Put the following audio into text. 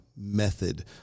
method